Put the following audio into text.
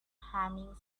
humming